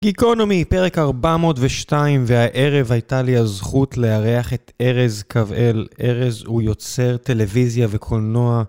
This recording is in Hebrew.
גיקונומי, פרק 402, והערב הייתה לי הזכות לארח את ארז קו-אל. ארז הוא יוצר טלוויזיה וקולנוע.